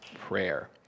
prayer